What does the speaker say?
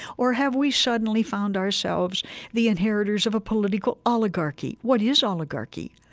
or have we suddenly found ourselves the inheritors of a political oligarchy? what is oligarchy?